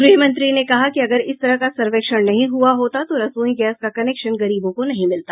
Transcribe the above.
गृहमंत्री ने कहा कि अगर इस तरह का सर्वेक्षण नहीं हुआ होता तो रसोई गैस का कनेक्शन गरीबों को नहीं मिलता